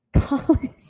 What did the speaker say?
college